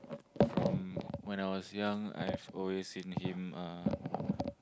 from when I was young I've always seen him uh